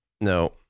No